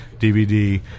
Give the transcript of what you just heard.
DVD